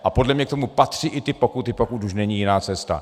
A podle mě k tomu patří i ty pokuty, pokud už není jiná cesta.